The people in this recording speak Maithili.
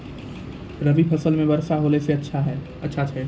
रवी फसल म वर्षा होला से अच्छा छै?